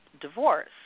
divorce